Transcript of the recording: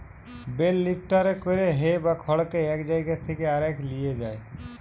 bell লিফ্টারে করে হে বা খড়কে এক জায়গা থেকে আরেক লিয়ে যায়